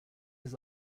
his